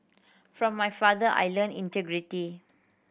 from my father I learnt integrity